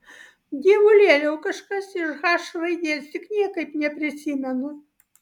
dievulėliau kažkas iš h raidės tik niekaip neprisimenu